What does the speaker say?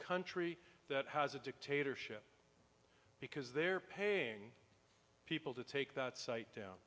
country that has a dictatorship because they're paying people to take that site down